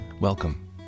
Welcome